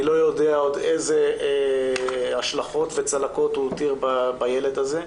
אני לא יודע עוד איזה השלכות וצלקות הוא הותיר בילד הזה,